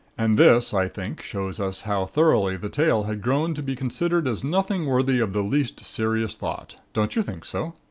and this, i think, shows us how thoroughly the tale had grown to be considered as nothing worthy of the least serious thought. don't you think so?